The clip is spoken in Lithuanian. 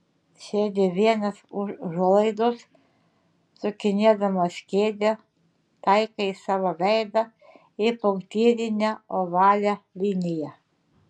sėdi vienas už užuolaidos sukinėdamas kėdę taikai savo veidą į punktyrinę ovalią liniją